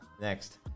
Next